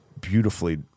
beautifully